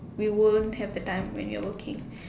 we won't have the time when you are working